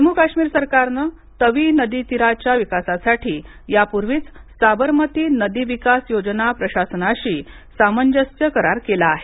जम्मू काश्मीर सरकारने तवी नदीतीराच्या विकासासाठी यापूर्वीच साबरमती नदी विकास योजना प्रशासनाशी सामंज्यस्य करार केला आहे